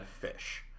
fish